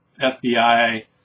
FBI